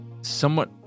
somewhat